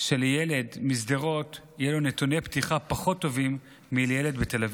שלילד משדרות יהיו נתוני פתיחה פחות טובים מלילד בתל אביב.